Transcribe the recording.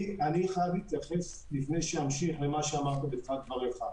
אני חייב להתייחס לפני שאמשיך למה שאמרת בתחילת דבריך.